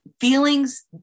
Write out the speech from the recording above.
feelings